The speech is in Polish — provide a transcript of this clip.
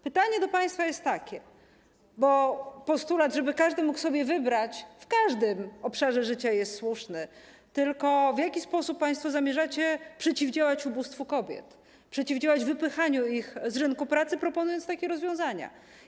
Pytanie do państwa jest takie - bo postulat, żeby każdy mógł sobie wybrać w każdym obszarze życia jest słuszny - w jaki sposób państwo zamierzacie przeciwdziałać ubóstwu kobiet, przeciwdziałać wypychaniu ich z rynku pracy, proponując takie rozwiązania.